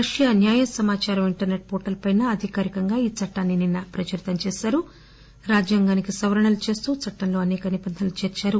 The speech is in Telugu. రష్యా న్యాయ సమాదారం ఇంటర్నెట్ పోర్టల్ పైన అధికారికంగా ఈ చట్టాన్ని నిన్న ప్రచురితం చేశారు రాజ్యాంగానికి సవరణలు చేస్తూ ఈ చట్టంలో అనేక నిబంధనలను చేర్చారు